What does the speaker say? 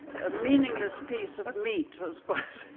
a meaningless piece of meat was quite,